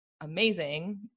amazing